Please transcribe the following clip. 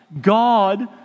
God